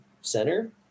center